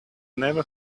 never